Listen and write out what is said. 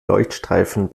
leuchtstreifen